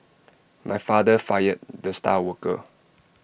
my father fired the star worker